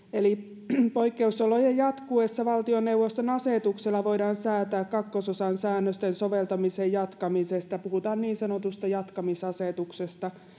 eli poikkeusolojen jatkuessa valtioneuvoston asetuksella voidaan säätää kahden osan säännöstön soveltamisen jatkamisesta puhutaan niin sanotusta jatkamisasetuksesta